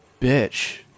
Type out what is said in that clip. bitch